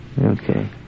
Okay